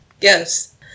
Yes